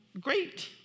great